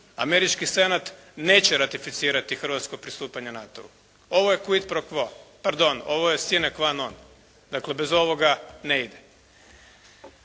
američki Senat neće ratificirati hrvatsko pristupanje NATO-u. Ovo je "quid pro quo", pardon ovo je "sine qua non". Dakle, bez ovoga ne ide.